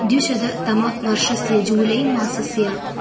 द्विशततमवर्षस्य जूलै मासस्य